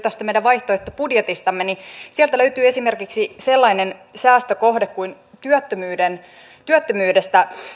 tästä meidän vaihtoehtobudjetistamme sieltä löytyy esimerkiksi sellainen säästökohde kuin työttömyydestä